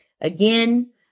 Again